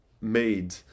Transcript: made